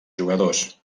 jugadors